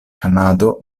kanado